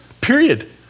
period